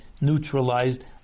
neutralized